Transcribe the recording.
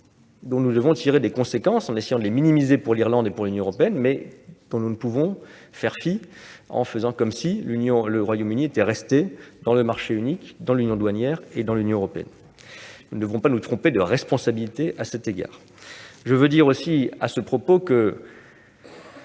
dont nous devons tirer des conséquences, en essayant de les minimiser pour l'Irlande et pour l'Union européenne, mais dont nous ne pouvons faire fi, comme si le Royaume-Uni était resté dans le marché unique, dans l'union douanière et dans l'Union européenne. Nous ne devons pas nous tromper quant aux responsabilités à cet égard. Nous ne devons pas être dupes de